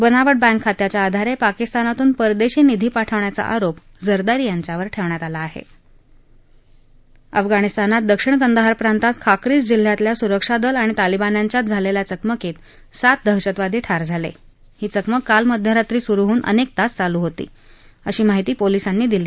बनावट बँक खात्याच्या आधार पिकिस्तानातून परदशी निधी पाठवण्याचा आरोप झरदारी यांच्यावर आह अफगाणिस्तानात दक्षिण कंदहार प्रांतात खाक्रीज जिल्ह्यात सुरक्षा दल आणि तालिबान्यांच्यात झालखिा चकमकीत सात दहशतवादी ठार झाला ही चकमक काल मध्यरात्री सुरु होऊन अनक्त तास चालू होती अशी माहिती पोलिसांनी दिली